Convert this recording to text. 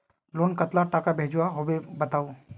Loan कतला टाका भेजुआ होबे बताउ?